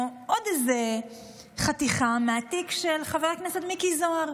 עוד חתיכה מהתיק של חבר הכנסת מיקי זוהר.